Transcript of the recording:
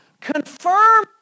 confirm